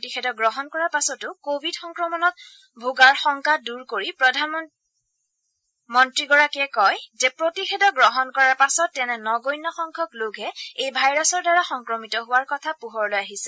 প্ৰতিষেধক গ্ৰহণ কৰাৰ পাছতো কোৱিড সংক্ৰমণত ভোগাৰ শংকা দূৰ কৰি মন্ত্ৰীগৰাকীয়ে কয় যে প্ৰতিষেধক গ্ৰহণ কৰাৰ পাছত তেনে নগণ্য সংখ্যক লোকহে এই ভাইৰাছৰ দ্বাৰা সংক্ৰমিত হোৱাৰ কথা পোহৰলৈ আহিছে